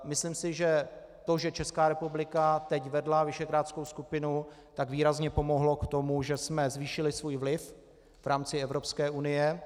Myslím si, že to, že Česká republika teď vedla visegrádskou skupinu, výrazně pomohlo k tomu, že jsme zvýšili svůj vliv v rámci Evropské unie.